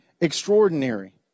extraordinary